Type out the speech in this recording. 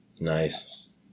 Nice